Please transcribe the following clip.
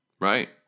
Right